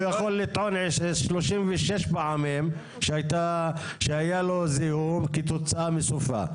הוא יכול לטעון 36 פעמים שהיה לו זיהום כתוצאה מסופה.